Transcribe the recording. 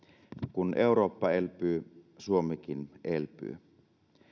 kun eurooppa elpyy suomikin elpyy